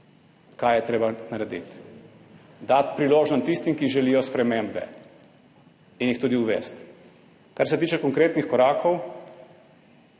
kaj je treba narediti. Dati priložnost tistim, ki želijo spremembe, in jih tudi uvesti. Kar se tiče konkretnih korakov,